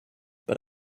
but